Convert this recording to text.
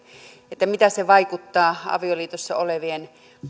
mitä se vaikuttaa avioliitossa olevien